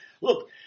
Look